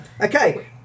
Okay